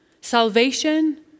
salvation